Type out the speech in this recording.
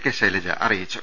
K Shailaja അറിയിച്ചു